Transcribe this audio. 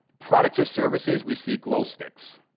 products or services. we see glow sticks.